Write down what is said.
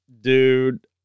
Dude